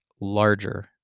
larger